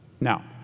Now